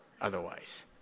otherwise